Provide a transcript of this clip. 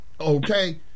Okay